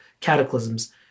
cataclysms